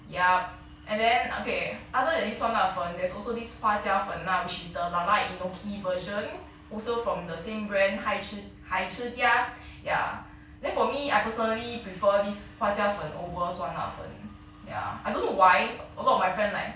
ya and then okay other than 酸辣粉 there's also this 花椒粉 lah which is the lala inoki version also from the same brand 海吃海吃家 ya then for me I personally prefer this 花椒粉 over 酸辣粉 ya I don't know why a lot of my friend like